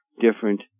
different